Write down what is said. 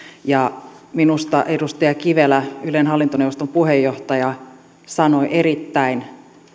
minusta edustaja kivelä ylen hallintoneuvoston puheenjohtaja sanoi erittäin